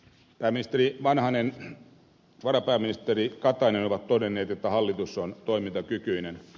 pääministeri vanhanen varapääministeri katainen ovat todenneet että hallitus on toimintakykyinen